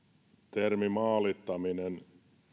termi maalittaminen